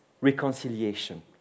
reconciliation